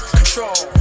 control